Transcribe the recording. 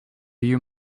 you